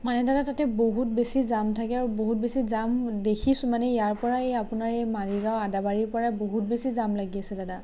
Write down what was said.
মানে দাদা তাতে বহুত বেছি জাম থাকে আৰু বহুত বেছি জাম দেখিছোঁ মানে ইয়াৰ পৰা এই আপোনাৰ এই মালিগাঁও আদাবাৰী পৰাই বহুত বেছি জাম লাগি আছে দাদা